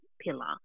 pillar